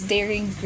Daring